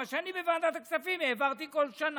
מה שאני בוועדת הכספים העברתי כל שנה?